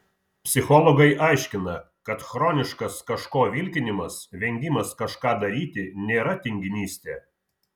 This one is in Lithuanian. psichologai aiškina kad chroniškas kažko vilkinimas vengimas kažką daryti nėra tinginystė